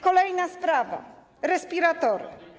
Kolejna sprawa: respiratory.